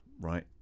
right